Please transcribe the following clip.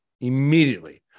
immediately